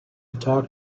talked